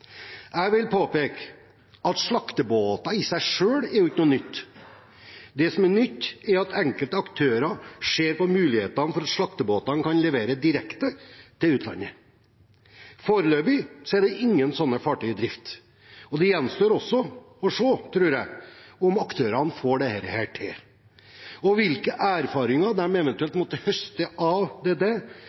seg selv ikke er noe nytt. Det som er nytt, er at enkelte aktører ser på muligheten for at slaktebåtene kan levere direkte til utlandet. Foreløpig er det ingen slike fartøy i drift, og det gjenstår å se, tror jeg, om aktørene får dette til. Hvilke erfaringer de eventuelt måtte høste av dette, er det i hvert fall altfor tidlig å si noe om når det